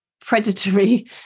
predatory